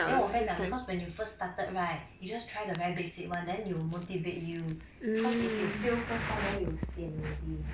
then 我 friend 讲 because when you first started right you just try the very basic [one] then it'll motivate you cause if you fail first time then you sian already